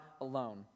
alone